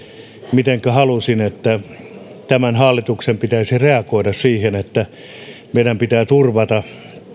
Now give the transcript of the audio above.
mitenkä halusin että tämän hallituksen pitäisi reagoida siihen että meidän pitää turvata